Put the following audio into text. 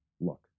look